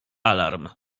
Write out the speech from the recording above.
alarm